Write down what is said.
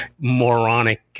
moronic